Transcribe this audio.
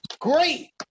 great